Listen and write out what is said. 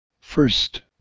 First